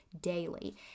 daily